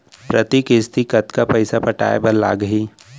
प्रति किस्ती कतका पइसा पटाये बर लागही?